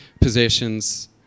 possessions